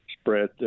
spread